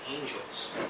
angels